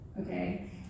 okay